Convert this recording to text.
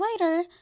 later